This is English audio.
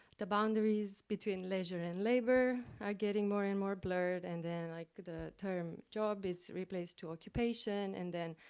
the boundaries between leisure and labor are getting more and more blurred. and then, like the term job is replaced to occupation. and then,